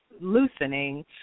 loosening